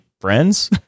friends